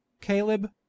Caleb